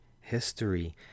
history